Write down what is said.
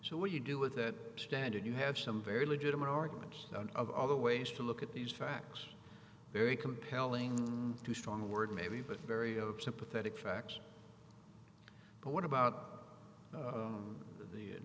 so what you do with that standard you have some very legitimate arguments of other ways to look at these facts very compelling too strong a word maybe but very sympathetic facts but what about